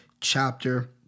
chapter